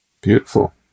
Beautiful